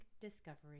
Discovery